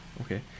Okay